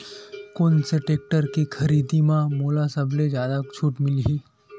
कोन से टेक्टर के खरीदी म मोला सबले जादा छुट मिलही?